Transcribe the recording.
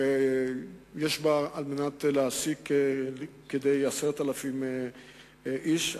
ויש בה להעסיק כ-10,000 איש.